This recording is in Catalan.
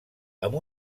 amb